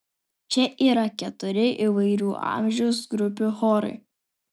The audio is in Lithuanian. čia yra keturi įvairių amžiaus grupių chorai